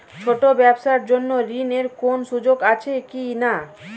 ছোট ব্যবসার জন্য ঋণ এর কোন সুযোগ আছে কি না?